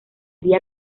día